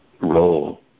role